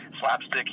slapstick